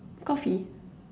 coffee